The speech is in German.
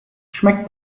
schmeckt